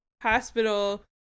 hospital